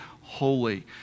holy